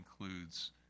includes